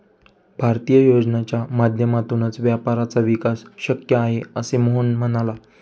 भारतीय योजनांच्या माध्यमातूनच व्यापाऱ्यांचा विकास शक्य आहे, असे मोहन म्हणाला